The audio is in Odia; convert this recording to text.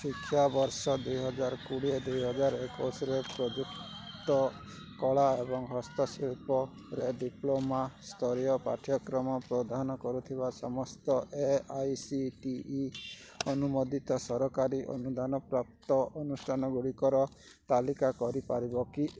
ଶିକ୍ଷାବର୍ଷ ଦୁଇହଜାର କୋଡ଼ିଏ ଦୁଇହଜାର ଏକୋଇଶୀରେ ପ୍ରଯୁକ୍ତ କଳା ଏବଂ ହସ୍ତଶିଳ୍ପରେ ଡିପ୍ଲୋମା ସ୍ତରୀୟ ପାଠ୍ୟକ୍ରମ ପ୍ରଦାନ କରୁଥିବା ସମସ୍ତ A I C T E ଅନୁମୋଦିତ ସରକାରୀ ଅନୁଦାନ ପ୍ରାପ୍ତ ଅନୁଷ୍ଠାନଗୁଡ଼ିକର ତାଲିକା କରିପାରିବ କି